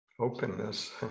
openness